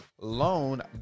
loan